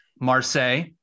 Marseille